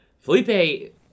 Felipe